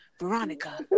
Veronica